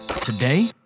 today